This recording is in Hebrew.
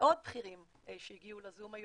מאוד בכירים שהגיעו לזום היום,